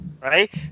right